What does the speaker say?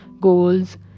goals